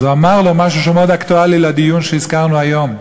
אז הוא אמר לו משהו שהוא מאוד אקטואלי לדיון שהזכרנו היום.